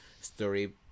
story